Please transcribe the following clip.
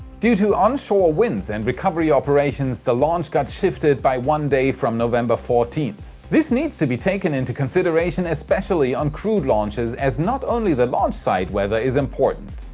due to onshore winds and recovery operations the launch got shifted by one day from november fourteenth. this needs to be taken into consideration especially on crewed launches, as not only the launch site weather is important.